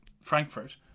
Frankfurt